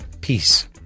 peace